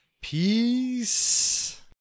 Peace